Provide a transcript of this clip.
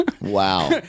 Wow